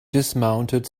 dismounted